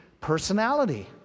personality